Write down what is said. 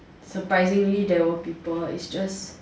surprisingly there were people it's just